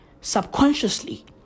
subconsciously